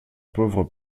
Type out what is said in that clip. pauvre